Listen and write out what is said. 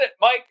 Mike